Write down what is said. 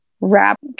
rap